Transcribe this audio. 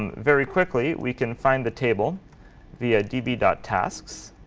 very quickly, we can find the table via db tasks.